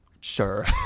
Sure